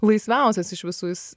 laisviausias iš visų jis